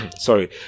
sorry